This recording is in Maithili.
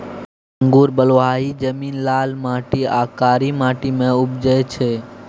अंगुर बलुआही जमीन, लाल माटि आ कारी माटि मे उपजै छै